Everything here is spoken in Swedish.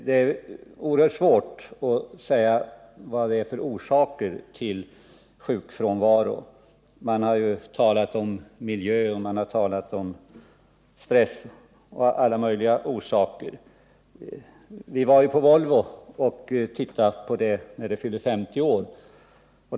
Det är oerhört svårt att säga vad det är för orsaker till en stor sjukfrånvaro. Man har talat om miljö och stress, och man har angett alla möjliga andra orsaker. Vi var på Volvo och tittade på företaget när det fyllde 50 år.